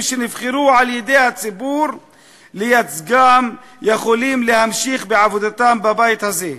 שנבחרו על-ידי הציבור לייצגם יכולים להמשיך בעבודתם בבית הזה.